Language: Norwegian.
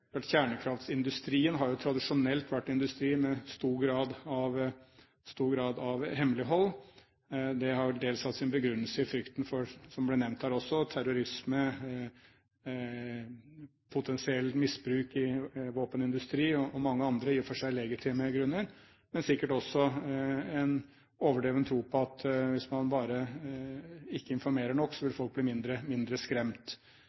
Kjernekraftindustrien har tradisjonelt vært en industri med stor grad av hemmelighold. Det har dels hatt sin begrunnelse i frykten for, som det ble nevnt her også, terrorisme, potensiell misbruk i våpenindustri, og det er mange andre i og for seg legitime grunner, men sikkert også en overdreven tro på at hvis man bare ikke informerer nok, vil folk bli mindre skremt.